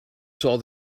saw